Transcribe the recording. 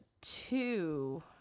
two